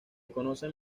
conocen